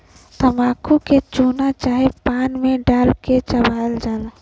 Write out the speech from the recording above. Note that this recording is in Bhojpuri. तम्बाकू के चूना चाहे पान मे डाल के चबायल जाला